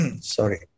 sorry